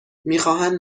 میخواهند